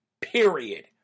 Period